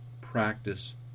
practice